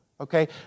okay